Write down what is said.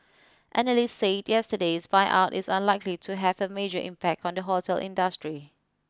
analysts said yesterday's buyout is unlikely to have a major impact on the hotel industry